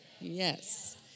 Yes